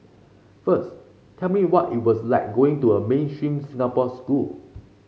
first tell me what it was like going to a mainstream Singapore school